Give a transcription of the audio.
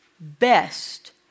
best